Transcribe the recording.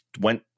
went